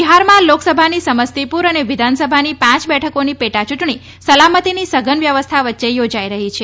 બિહારમાં લોકસભાની સમસ્તીપુર અને વિધાનસભાની પાંચ બેઠકોની પેટાયૂંટણી સલામતીની સઘન વ્યવસ્થા વચ્યે યોજાઇ રહી છે